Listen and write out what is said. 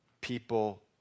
people